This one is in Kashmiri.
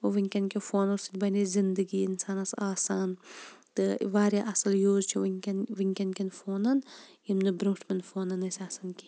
وُنکیٚن کیٚو فونو سۭتۍ بَنے زِنٛدگی اِنسانَس آسان تہٕ واریاہ اصٕل یوٗز چھُ وُنکیٚن کیٚن فونَن یہِ نہٕ برٛوٗنٛٹھمیٚن فونَن ٲسۍ آسان کِہیٖنٛۍ